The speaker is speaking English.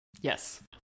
Yes